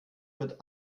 mit